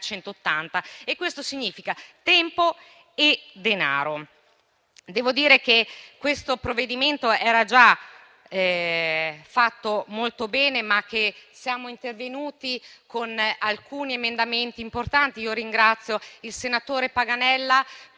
Questo significa tempo e denaro. Devo dire che il provvedimento era già fatto molto bene. Siamo intervenuti con alcuni emendamenti importanti. Ringrazio il senatore Paganella per l'intervento